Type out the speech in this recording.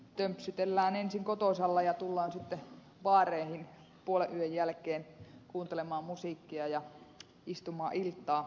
tömpsytellään ensin kotosalla ja tullaan sitten baareihin puolen yön jälkeen kuuntelemaan musiikkia ja istumaan iltaa